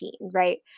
right